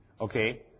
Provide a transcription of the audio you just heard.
Okay